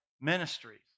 Ministries